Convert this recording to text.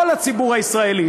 כל הציבור הישראלי,